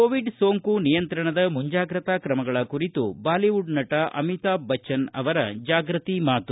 Covid ಸೋಂಕು ನಿಯಂತ್ರಣದ ಮುಂಜಾಗ್ರತಾ ಕ್ರಮಗಳ ಕುರಿತು ಬಾಲಿವುಡ್ ನಟ ಅಮಿತಾಬ್ ಬಜ್ವನ್ಅವರ ಜಾಗೃತಿ ಮಾತು